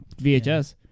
VHS